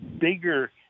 bigger